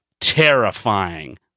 terrifying